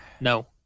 no